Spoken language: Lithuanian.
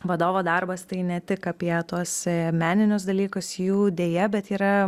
vadovo darbas tai ne tik apie tuos meninius dalykus jų deja bet yra